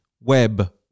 web